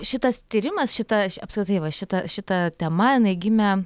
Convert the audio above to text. šitas tyrimas šita apskritai va šita šita tema jinai gimė